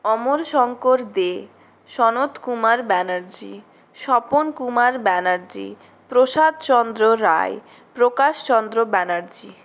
Amal Shankar De Sanat Kumar Banerjee Swapankumar Banerjee Prasadchandra Roy Prakashchandra Banerjee